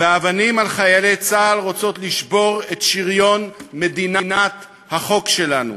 ואבנים על חיילי צה"ל רוצות לשבור את שריון מדינת החוק שלנו.